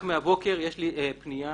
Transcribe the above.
אם נדבר שוב על השעיות רק מהבוקר יש לי פנייה